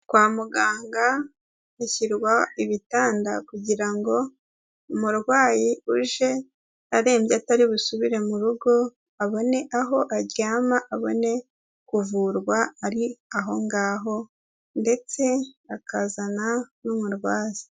Kwa muganga hashyirwa ibitanda kugira ngo umurwayi uje arembye atari busubire mu rugo abone aho aryama, abone kuvurwa ari ahongaho ndetse akazana n'umurwaza.